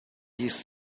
his